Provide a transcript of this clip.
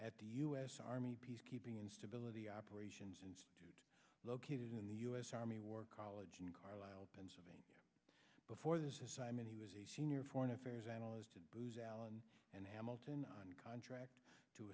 at the u s army peacekeeping and stability operations institute located in the u s army war college in carlisle pennsylvania before this assignment he was senior foreign affairs analyst and booz allen and hamilton on contract to